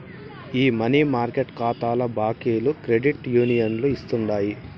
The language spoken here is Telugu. ఈ మనీ మార్కెట్ కాతాల బాకీలు క్రెడిట్ యూనియన్లు ఇస్తుండాయి